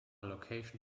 location